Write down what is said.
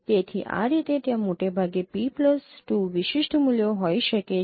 તેથી આ રીતે ત્યાં મોટાભાગે P2 વિશિષ્ટ મૂલ્યો હોઈ શકે છે